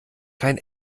kein